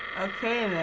okay